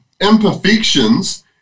imperfections